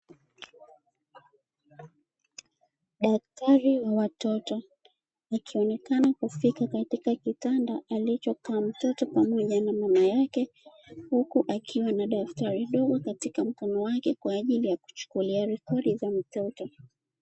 Daktari wa watoto akionekena kufika katika kitanda alichokaa mtoto pamoja na mama yake, huku akiwa na daftari dogo katika mkono wake kwa ajili ya kuchukulia rekodi za mtoto.